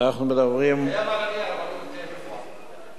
קיים על הנייר, אבל לא מתקיים בפועל.